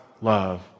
love